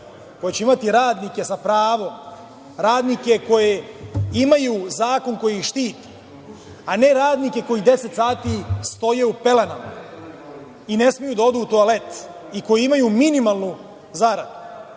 koja će imati radnike sa pravom, radnike koji imaju zakon koji ih štiti, a ne radnike koji deset sati stoje u pelenama i ne smeju da odu u toalet, i koji imaju minimalnu zaradu.